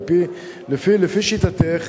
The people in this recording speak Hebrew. לפי שיטתך,